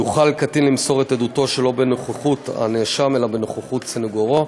יוכל קטין למסור את עדותו שלא בנוכחות הנאשם אלא בנוכחות סנגורו.